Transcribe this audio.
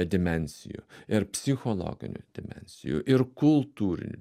dimensijų ir psichologinių dimensijų ir kultūrinių